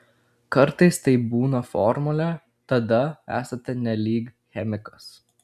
kartais tai būna formulė tada esate nelyg chemikas